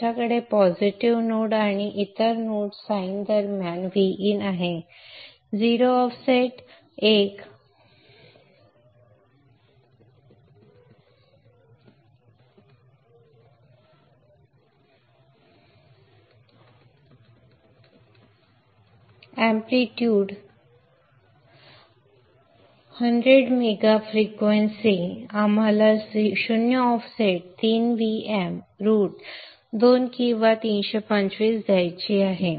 तुमच्याकडे positive node आणि इतर नोड साइन दरम्यान Vin आहे 0 ऑफसेट 1 मोठेपणा 100 meg फ्रिक्वेन्सी आम्हाला 0 ऑफसेट 3 Vm रूट2 किंवा 325 द्यायची आहे